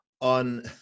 on